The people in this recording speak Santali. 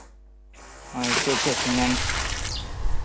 ᱦᱳᱭ ᱪᱮᱫ ᱪᱮᱫ ᱥᱤᱢᱮᱱᱴ